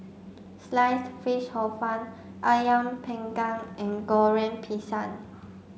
Sliced Fish Hor Fun Ayam panggang and Goreng Pisang